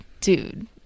dude